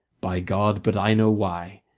by god, but i know why.